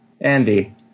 Andy